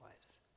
lives